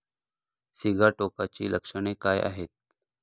सिगाटोकाची लक्षणे काय आहेत?